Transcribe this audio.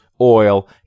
oil